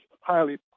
highly